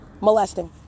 molesting